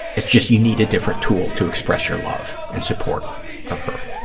it's just you need a different tool to express your love and support of her.